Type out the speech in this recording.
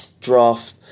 draft